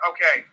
Okay